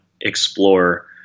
explore